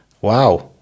Wow